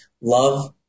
Love